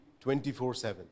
24-7